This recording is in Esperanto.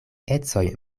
ecoj